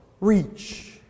reach